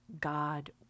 God